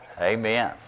Amen